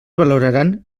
valoraran